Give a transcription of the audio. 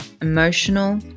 emotional